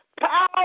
Power